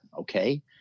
okay